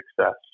success